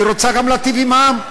היא רוצה גם להיטיב עם העם.